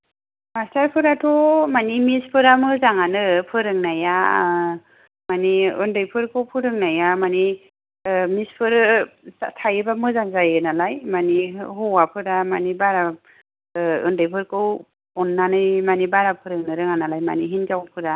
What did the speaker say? मास्टारफोराथ' मानि मिसफोरा मोजाङानो फोरोंनाया मानि उन्दैफोरखौ फोरोंनाया मानि मिसफोर थायोब्ला मोजां जायो नालाय मानि हौवाफोरा मानि बारा उन्दैफोरखौ अननानै मानि बारा फोरोंनो रोङा नालाय मानि हिन्जावफोरा